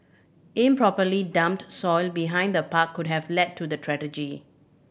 improperly dumped soil behind the park could have led to the